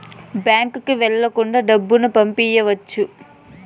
బ్యాంకుకి వెళ్ళకుండా డబ్బులు పంపియ్యొచ్చు